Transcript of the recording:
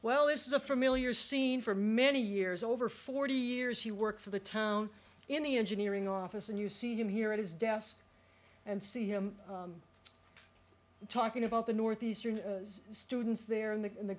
well this is a familiar scene for many years over forty years he worked for the town in the engineering office and you see him here at his desk and see him talking about the northeastern students there in the in the